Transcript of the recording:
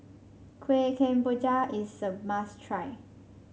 Kueh Kemboja is a must try